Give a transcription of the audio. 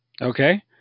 Okay